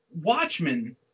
Watchmen